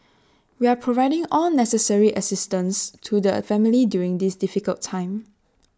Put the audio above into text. we are providing all necessary assistance to the family during this difficult time